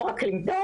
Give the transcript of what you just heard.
לא רק למדוד,